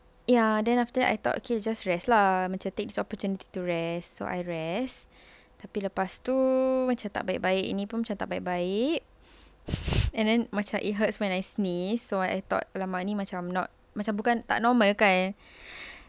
ya then after that I thought okay just rest lah macam take this opportunity to rest so I rest tapi lepas itu macam tak baik-baik ini pun macam tak baik-baik and then macam it hurts when I sneeze so I thought !alamak! ini macam not macam bukan tak normal kan ya